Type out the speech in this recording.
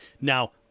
Now